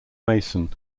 mason